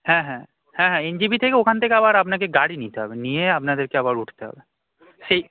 হ্যাঁ হ্যাঁ হ্যাঁ হ্যাঁ এন জি পি থেকে ওখান থেকে আবার আপনাকে গাড়ি নিতে হবে নিয়ে আপনাদেরকে আবার উঠতে হবে সেই